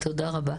תודה רבה.